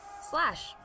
Slash